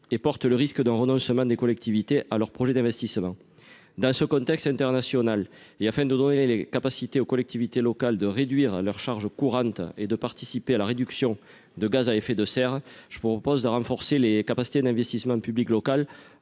et porte le risque d'un roman le chemin des collectivités à leurs projets d'investissement dans ce contexte international et afin de donner les les capacités aux collectivités locales de réduire leurs charges courantes et de participer à la réduction de gaz à effet de serre, je vous propose de renforcer les capacités d'investissement public local